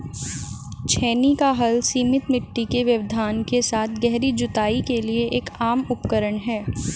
छेनी का हल सीमित मिट्टी के व्यवधान के साथ गहरी जुताई के लिए एक आम उपकरण है